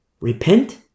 Repent